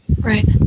Right